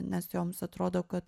nes joms atrodo kad